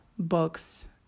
books